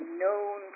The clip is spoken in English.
known